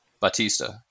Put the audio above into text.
Batista